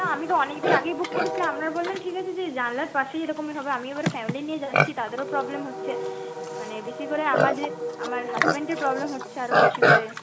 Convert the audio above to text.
না আমি তো অনেক দিন আগেই বুক করেছিলাম আপনারা বললেন ঠিক আছে দিদি জানালার পাশেই এরকমই হবে আমি এবার ফ্যামিলি নিয়ে যাচ্ছি তাদেরও প্রবলেম হচ্ছে মানে বেশি করে আমার যে আমার হাজব্যান্ডের প্রবলেম হচ্ছে আরও বেশি করে